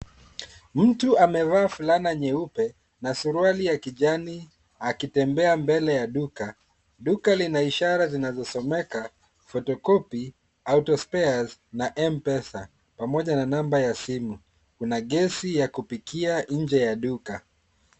Mtu amevaa fulana nyeupe na suruali ya kijani akitembea mbele ya duka. Duka lina ishara zinazosomeka photocopy, autospares na M-Pesa pamoja na namba ya simu. Kuna gesi ya kupikia nje ya duka.